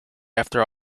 after